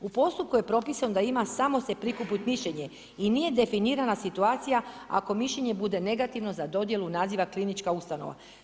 U postupku je propisano da ima samo se prikupiti mišljenje i nije definirana situacija ako mišljenje bude negativno za dodjelu naziva klinička ustanova.